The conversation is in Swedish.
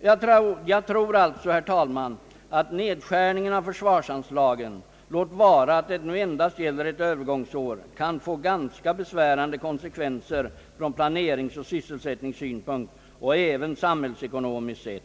Jag tror alltså, herr talman, att nedskärningen av försvarsanslagen — låt vara att det nu endast gäller ett övergångsår — kan få ganska besvärande konsekvenser från planeringsoch sysselsätttningssynpunkt och även samhällsekonomiskt sett.